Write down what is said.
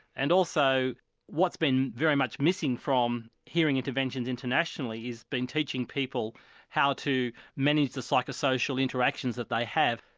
and also what's been very much missing from hearing interventions internationally has been teaching people how to manage the psycho-social interactions that they have.